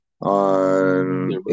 on